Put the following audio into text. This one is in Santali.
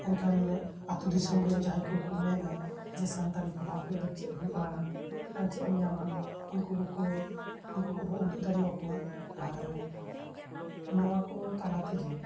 ᱮᱱᱠᱷᱟᱱ ᱟᱛᱩ ᱫᱤᱥᱚᱢ ᱨᱮᱱ ᱡᱟᱦᱟᱸᱭ ᱠᱚᱠᱚ ᱢᱮᱱᱟ ᱡᱮ ᱥᱟᱱᱛᱟᱲᱤ ᱯᱟᱲᱦᱟᱣ ᱠᱟᱛᱮ ᱫᱚ ᱪᱮᱫ ᱦᱩᱭᱩᱜᱼᱟ ᱪᱮᱫ ᱮᱢ ᱧᱟᱢᱟ ᱩᱱᱠᱩ ᱠᱚᱵᱚ ᱩᱫᱩᱜ ᱫᱟᱲᱮᱣᱟᱠᱚᱣᱟ ᱟᱨ ᱱᱚᱣᱟ ᱠᱚ ᱛᱟᱞᱟ ᱛᱮᱜᱮ